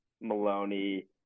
Maloney